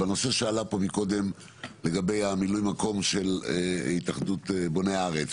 בנושא שעלה פה מקודם לגבי מילוי מקום של התאחדות בוני הארץ,